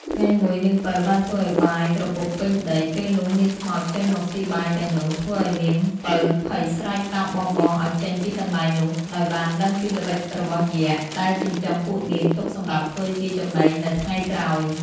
ថ្ងៃមួយនាងពៅបានធ្វើឲ្យបាយក្រពប់ពេញដី ពេលនោះមានខ្មោចចេញមកស៊ីបាយទាំងនោះ ធ្វើឲ្យនាងពៅភ័យស្រែកប្រាប់បងៗឲ្យចេញពីកន្លែងនោះ ដោយបានដឹងពីល្បិចរបស់យក្ខ ដែលចិញ្ចឹមពួកនាងទុកសម្រាប់ធ្វើជាចំណីនៅថ្ងៃក្រោយ។